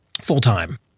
full-time